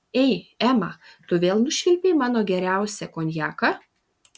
ei ema tu vėl nušvilpei mano geriausią konjaką